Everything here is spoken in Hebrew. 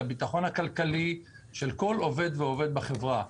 לביטחון הכלכלי של כל עובד ועובד בחברה.